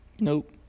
Nope